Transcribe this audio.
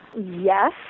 Yes